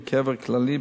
בקבר כללי,